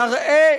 נראה